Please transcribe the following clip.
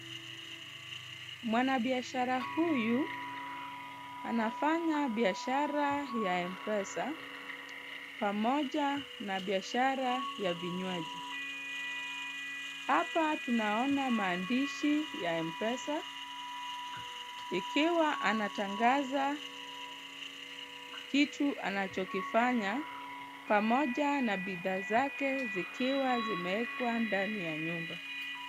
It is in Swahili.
Mwanabiashara huyu anafanya biashara ya Mpesa pamoja na biashara ya vinywaji. Hapa tunaona maandishi ya Mpesa ikiwa anatangaza kitu anachokifanya pamoja na bidhaa zake zikiwa zimeekwa ndani ya nyumba.